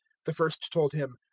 the first told him,